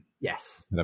yes